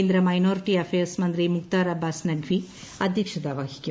കേന്ദ്ര minority affairs മന്ത്രി മുക്താർ അബ്ബാസ് നഖ്വി അധ്യക്ഷത വഹിക്കും